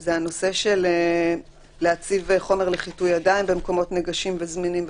זה הנושא של להציב חומר לחיטוי ידיים במקומות נגישים וזמינים,